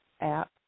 app